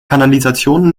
kanalisation